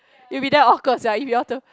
it will be damn awkward sia if you all two